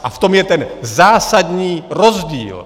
A v tom je ten zásadní rozdíl!